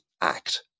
act